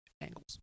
angles